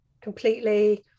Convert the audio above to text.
completely